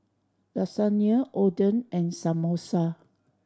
Lasagna Oden and Samosa